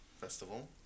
festival